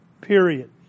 Period